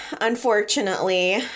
unfortunately